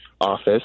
office